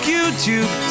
YouTube